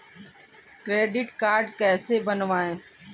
Credit card कैसे बनवाएँ?